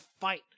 fight